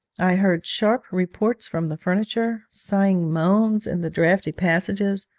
i heard sharp reports from the furniture, sighing moans in the draughty passages,